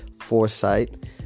foresight